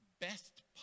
best